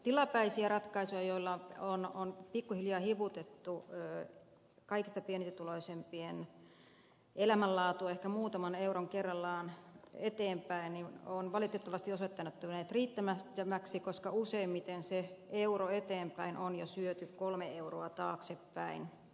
tilapäiset ratkaisut joilla on pikkuhiljaa hivutettu kaikista pienituloisimpien elämänlaatua ehkä muutaman euron kerrallaan eteenpäin ovat valitettavasti osoittautuneet riittämättömiksi koska useimmiten se euro eteenpäin on jo syöty kolme euroa taaksepäin